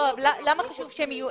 למה חשוב שהם יהיו?